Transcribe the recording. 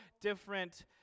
different